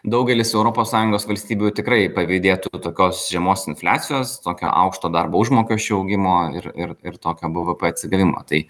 daugelis europos sąjungos valstybių tikrai pavydėtų tokios žemos infliacijos tokio aukšto darbo užmokesčio augimo ir ir toki bvp atsigavimo tai